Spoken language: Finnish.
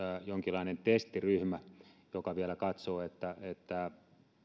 jonkinlainen testiryhmä joka vielä katsoo että että